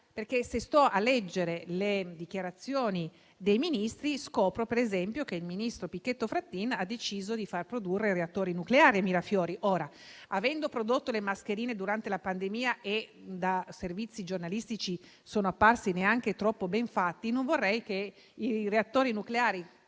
e capacità. Se leggo le dichiarazioni dei Ministri scopro, per esempio, che il ministro Pichetto Fratin ha deciso di far produrre reattori nucleari a Mirafiori. Avendo prodotto le mascherine durante la pandemia, che da servizi giornalistici sono apparse neanche troppo ben fatte, non vorrei che i reattori nucleari